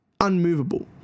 unmovable